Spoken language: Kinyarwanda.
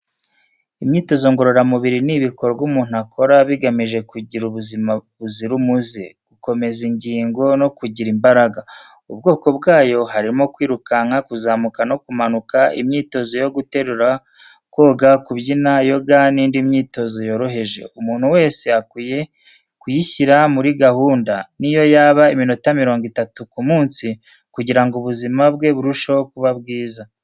Imyitozo ngororamubiri ni ibikorwa umuntu akora bigamije kugira ubuzima buzira umuze, gukomeza ingingo no kugira imbaraga. Ubwoko bwayo harimo: kwirukanka, kuzamuka no kumanuka, imyitozo yo guterura, koga, kubyina, yoga n’indi myitozo yoroheje. Umuntu wese akwiye kuyishyira muri gahunda, ni yo yaba iminota mirongo itatu ku munsi, kugira ngo ubuzima bwe burusheho kuba bwiza.